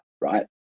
right